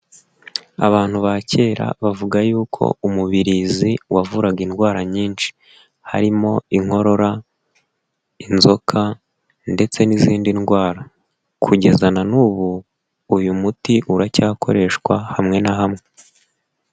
Abantu ba kera bavuga y'uko umubirizi wavuraga indwara nyinshi, harimo inkorora, inzoka, ndetse n'izindi ndwara. Kugeza na n'ubu, uyu muti uracyakoreshwa hamwe na hamwe.